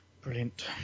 Brilliant